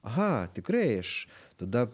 aha tikrai aš tada